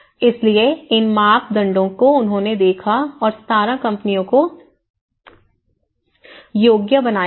इसलिएइन मापदंडों को उन्होंने देखा और 17 कंपनियों को योग्य बनाया है